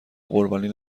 قربانی